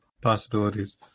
possibilities